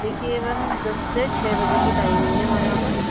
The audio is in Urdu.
دیکھیے میم دس سے چھ بجے کی ٹائمنگ ہے ہمارے یہاں پر